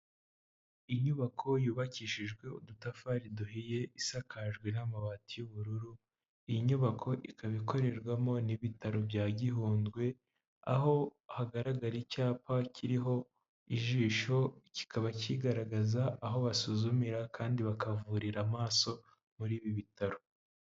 Inyubako yubakishijwe udutafari duhiye, isakajwe n'amabati y'ubururu, iyi nyubako ikaba ikorerwamo n'ibitaro bya Gihundwe, aho hagaragara icyapa kiriho ijisho, kikaba kigaragaza aho basuzumira kandi bakavurira amaso muri ibi bitaro.